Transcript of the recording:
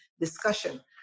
discussion